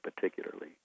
particularly